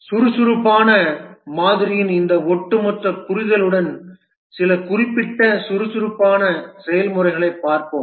சுறுசுறுப்பான மாதிரியின் இந்த ஒட்டுமொத்த புரிதலுடன் சில குறிப்பிட்ட சுறுசுறுப்பான செயல்முறைகளைப் பார்ப்போம்